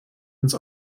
ins